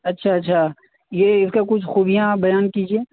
اچھا اچھا یہ اس کا کچھ خوبیاں بیان کیجیے